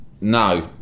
no